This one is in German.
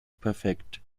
perfekt